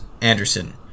Anderson